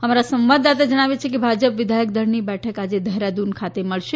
અમારા સંવાદદાતા જણાવે છે કે ભાજપ વિધાયક દળની બેઠક આજે દહેરાદુન ખાતે મળશે